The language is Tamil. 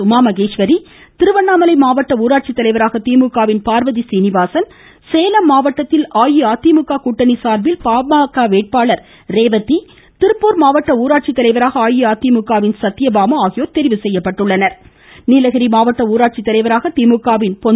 உமாமகேஸ்வரி திருவண்ணாமலை மாவட்ட ஊராட்சி தலைவராக திமுகவின் பார்வதி சீனிவாசனும் சேலம் மாவட்டத்தில் அஇஅதிமுக கூட்டணி சார்பில் பாமக வேட்பாளர் ரேவதியும் திருப்பூர் மாவட்ட ஊராட்சித்தலைவராக அஇஅதிமுக சத்தியபாமாவும் நீலகிரி மாவட்ட ஊராட்சி தலைவராக திமுகவின் பொன்